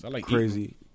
crazy